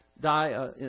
die